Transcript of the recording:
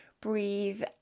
breathe